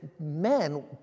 men